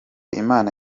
imana